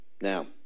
now